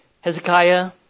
Hezekiah